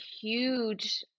huge